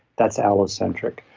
that's allocentric.